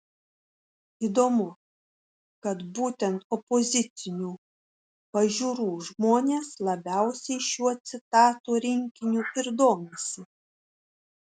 įdomu kad būtent opozicinių pažiūrų žmonės labiausiai šiuo citatų rinkiniu ir domisi